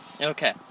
Okay